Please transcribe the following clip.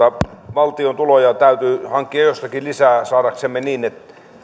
valtion tuloja täytyy hankkia jostakin lisää niin